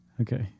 Okay